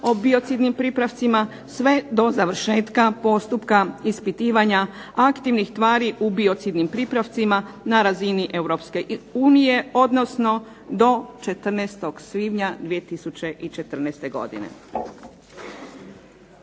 o biocidnim pripravcima sve do završetka postupka ispitivanja aktivnih tvari u biocidnim pripravcima na razini Europske unije, odnosno do 14. svibnja 2014. godine.